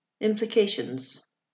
Implications